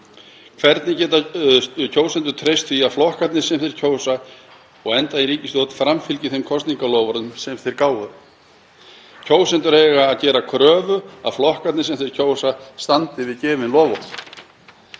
Hvernig geta kjósendur treyst því að flokkarnir sem þeir kjósa og enda í ríkisstjórn framfylgi þeim kosningaloforðum sem þeir gáfu? Kjósendur eiga að gera kröfu um að flokkarnir sem þeir kjósa standi við gefin loforð.